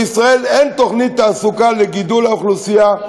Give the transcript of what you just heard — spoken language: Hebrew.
לישראל אין תוכנית תעסוקה לגידול האוכלוסייה,